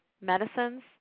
medicines